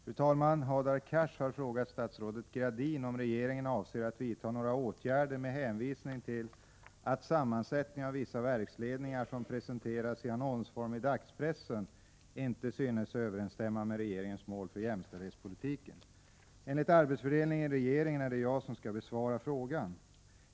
Fru talman! Hadar Cars har frågat statsrådet Gradin om regeringen avser att vidta några åtgärder med hänvisning till att sammansättningen av vissa verksledningar som presenteras i annonsform i dagspressen inte synes överensstämma med regeringens mål för jämställdhetspolitiken. Enligt arbetsfördelningen i regeringen är det jag som skall besvara frågan.